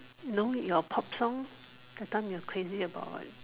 no your pop song that time you are crazy about